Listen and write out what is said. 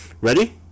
ready